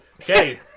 Okay